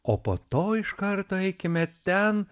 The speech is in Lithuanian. o po to iš karto eikime ten